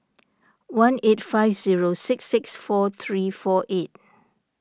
one eight five zero six six four three four eight